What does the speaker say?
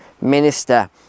minister